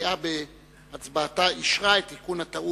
והמליאה בהצבעתה אישרה את תיקון הטעות.